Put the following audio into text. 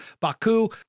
Baku